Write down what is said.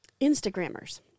Instagrammers